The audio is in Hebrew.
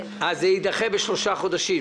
אז זה יידחה בשלושה חודשים.